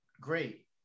great